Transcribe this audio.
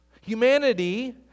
Humanity